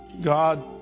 God